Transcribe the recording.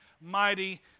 mighty